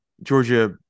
Georgia